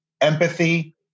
empathy